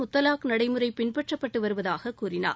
முத்தலாக் நடைமுறை பின்பற்றப்பட்டு வருவதாக கூறினார்